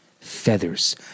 feathers